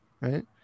right